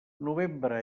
novembre